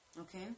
Okay